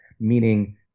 meaning